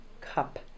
cup